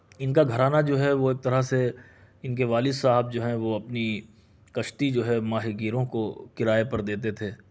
ان کا گھرانہ جو ہے وہ ایک طرح سے ان کے والد صاحب جو ہیں وہ اپنی کشتی جو ہے ماہی گیروں کو کرایہ پر دیتے تھے